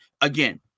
again